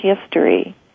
history